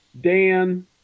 Dan